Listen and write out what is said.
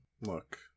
Look